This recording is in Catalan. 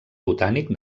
botànic